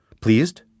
Pleased